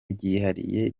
ryihariye